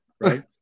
right